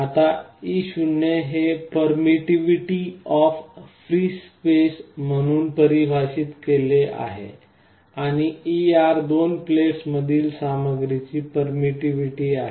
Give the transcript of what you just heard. आता e 0 हे permittivity of free space म्हणून परिभाषेत केले आहे आणि e r दोन प्लेट्समधील सामग्रीची पेरमिटिव्हिटी आहे